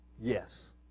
Yes